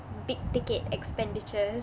big ticket expenditures